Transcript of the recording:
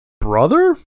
brother